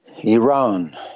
Iran